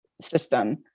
system